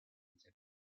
insectos